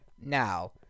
Now